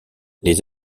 les